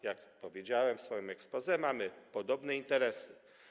Jak powiedziałem w swoim exposé, mamy podobne interesy.